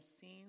seen